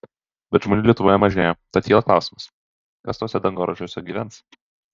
bet žmonių lietuvoje mažėja tad kyla klausimas kas tuose dangoraižiuose gyvens